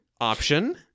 option